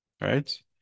right